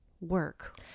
work